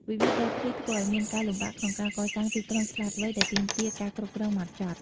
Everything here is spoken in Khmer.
វិវាទដីធ្លីធ្វើឱ្យមានការលំបាកក្នុងការកសាង "ទីក្រុងឆ្លាតវៃ" ដែលទាមទារការគ្រប់គ្រងហ្មត់ចត់។